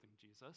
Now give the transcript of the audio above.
jesus